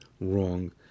wrong